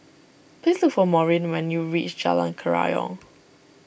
please look for Maureen when you reach Jalan Kerayong